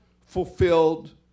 fulfilled